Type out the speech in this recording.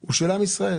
הוא של עם ישראל.